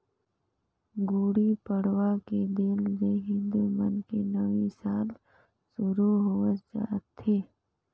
गुड़ी पड़वा के दिन ले हिंदू मन के नवी साल सुरू होवस जाथे